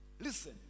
Listen